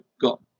got